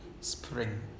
spring